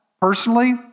personally